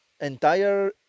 entire